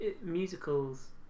musicals